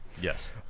Yes